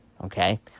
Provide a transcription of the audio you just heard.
okay